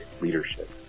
leadership